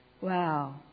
Wow